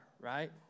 right